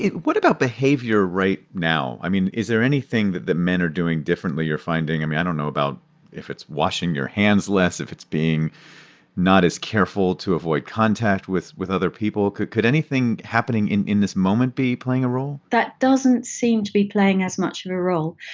what about behavior right now? i mean, is there anything that men are doing differently, you're finding? i mean, i don't know about if it's washing your hands less, if it's being not as careful to avoid contact with with other people. could could anything happening in in this moment be playing a role? that doesn't seem to be playing as much of a role.